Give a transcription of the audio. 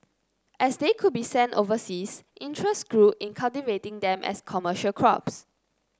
as they could be sent overseas interest grew in cultivating them as commercial crops